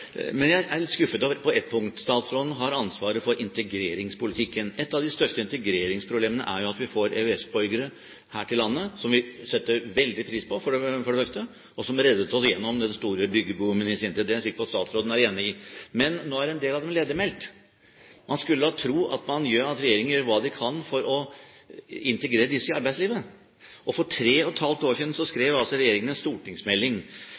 Men jeg er litt skuffet over ett punkt. Statsråden har ansvaret for integreringspolitikken. Et av de største integreringsproblemene er jo at vi får EØS-borgere her til landet som vi setter veldig pris på, for det første, og som i sin tid reddet oss gjennom den store byggeboomen. Det er jeg sikker på at statsråden er enig i. Men nå er en del av dem ledigmeldt. Man skulle da tro at regjeringen gjør hva den kan for å integrere disse i arbeidslivet. For 3 år siden skrev regjeringen en stortingsmelding,